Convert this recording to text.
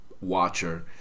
watcher